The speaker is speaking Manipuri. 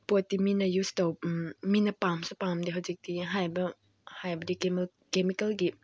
ꯄꯣꯠꯇꯤ ꯃꯤꯅ ꯌꯨꯁ ꯃꯤꯅ ꯄꯥꯝꯁꯨ ꯄꯥꯝꯗꯦ ꯍꯧꯖꯤꯛꯇꯤ ꯍꯥꯏꯕꯗꯤ ꯀꯦꯃꯤꯀꯦꯜꯒꯤ